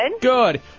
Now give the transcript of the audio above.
Good